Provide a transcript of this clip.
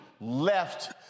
left